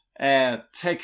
text